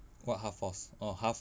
what half force orh half